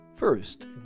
First